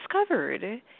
discovered